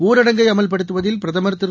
ஊரடங்கை அமல்படுத்துவதில் பிரதமர் திரு